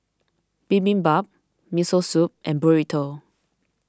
Bibimbap Miso Soup and Burrito